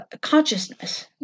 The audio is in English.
consciousness